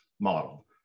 model